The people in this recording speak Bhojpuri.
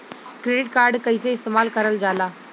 क्रेडिट कार्ड कईसे इस्तेमाल करल जाला?